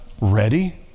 ready